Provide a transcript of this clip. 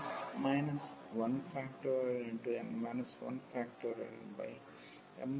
mn 1